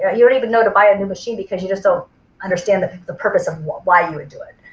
ah you don't even know to buy a new machine because you just don't so understand the the purpose of why you would do it.